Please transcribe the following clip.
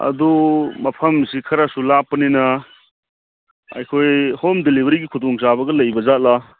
ꯑꯗꯨ ꯃꯐꯝꯁꯤ ꯈꯔꯁꯨ ꯂꯥꯞꯄꯅꯤꯅ ꯑꯩꯈꯣꯏ ꯍꯣꯝ ꯗꯦꯂꯤꯕꯔꯤꯒꯤ ꯈꯨꯗꯣꯡ ꯆꯥꯕꯒ ꯂꯩꯕ ꯖꯥꯠꯂ